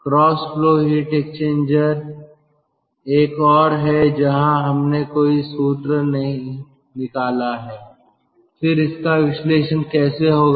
cross flow heat exchanger एक और है जहां हमने कोई सूत्र नहीं निकाला है लेकिन फिर इसका विश्लेषण कैसे होगा